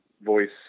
voice